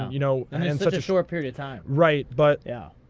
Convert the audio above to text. you know in such a short period of time. right, but yeah.